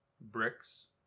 bricks